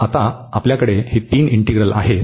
तर आता आपल्याकडे ही तीन इंटीग्रल आहेत